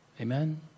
amen